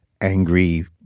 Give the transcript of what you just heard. angry